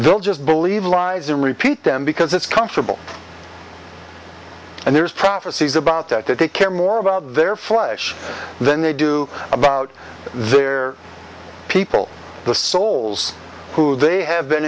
they'll just believe lies and repeat them because it's comfortable and there's prophecies about that that they care more about their flesh than they do about their people the souls who they have been